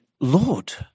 Lord